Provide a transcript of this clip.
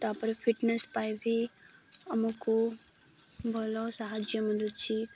ତା'ପରେ ଫିଟନେସ୍ ପାଇଁ ବି ଆମକୁ ଭଲ ସାହାଯ୍ୟ ମିଳୁଛି